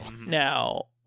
now